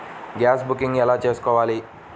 Gas booking ఎలా చేసుకోవాలి?